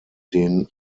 den